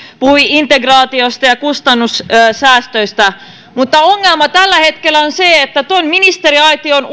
puhui integraatiosta ja ja kustannussäästöistä mutta ongelma tällä hetkellä on se että tuon ministeriaition